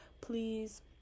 please